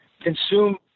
consume